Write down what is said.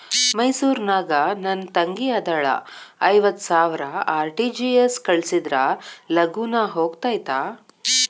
ಮೈಸೂರ್ ನಾಗ ನನ್ ತಂಗಿ ಅದಾಳ ಐವತ್ ಸಾವಿರ ಆರ್.ಟಿ.ಜಿ.ಎಸ್ ಕಳ್ಸಿದ್ರಾ ಲಗೂನ ಹೋಗತೈತ?